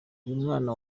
mwana